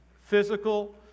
physical